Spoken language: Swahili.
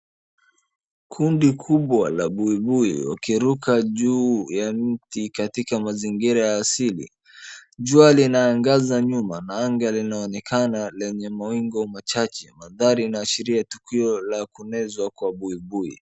Kundi kubwa la buibui wakiruka juu ya miti katika mazingira ya asili. Jua linaangaza nyuma na anga linaonekana lenye mawingu machache. Mandhari inaashiria tukio la kumezwa kwa buibui.